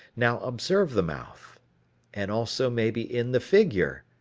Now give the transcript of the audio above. now observe the mouth and also maybe in the figure.